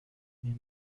این